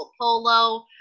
Polo